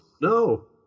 no